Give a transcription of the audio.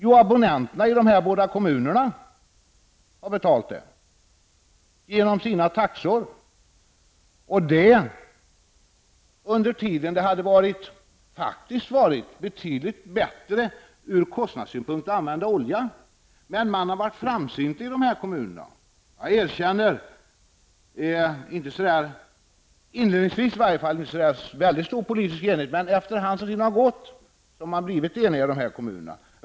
Jo, abonnenterna i de båda kommunerna har betalt det genom sina taxor, och de har gjort detta under en tid då det faktiskt ur kostnadssynpunkt hade varit betydligt bättre att använda olja. Man har emellertid varit framsynt i de här kommunerna. Jag erkänner att det i varje fall inte inledningsvis var så väldigt stor politisk enighet kring detta, men efter hand som tiden har gått har man i dessa kommuner nått enighet.